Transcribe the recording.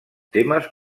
temes